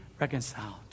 reconciled